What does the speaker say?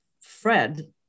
Fred